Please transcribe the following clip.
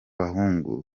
bahungu